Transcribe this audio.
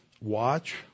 watch